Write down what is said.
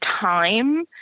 time